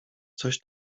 coś